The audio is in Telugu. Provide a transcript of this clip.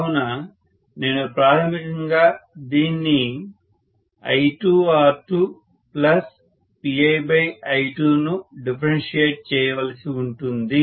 కావున నేను ప్రాథమికంగా దీన్ని I2R2PiI2 ను డిఫరెన్షియేట్ చేయవలసి ఉంటుంది